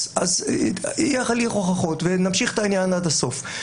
אז יהיה הליך הוכחות ונמשיך את העניין עד הסוף,